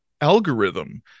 algorithm